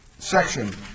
Section